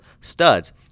studs